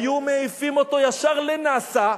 היו מעיפים אותו ישר לנאס"א,